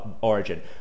origin